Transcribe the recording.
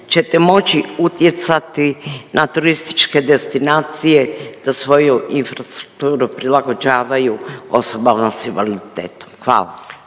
ćete moći utjecati na turističke destinacije da svoju infrastrukturu prilagođavaju osobama s invaliditetom? Hvala.